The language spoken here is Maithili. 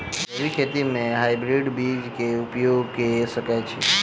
जैविक खेती म हायब्रिडस बीज कऽ उपयोग कऽ सकैय छी?